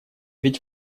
ведь